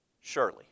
surely